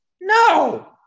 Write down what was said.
No